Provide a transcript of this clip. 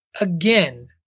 again